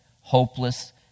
hopeless